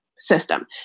System